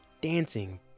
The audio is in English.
dancing